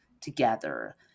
together